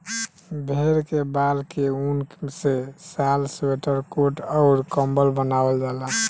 भेड़ के बाल के ऊन से शाल स्वेटर कोट अउर कम्बल बनवाल जाला